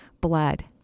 blood